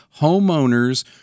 homeowners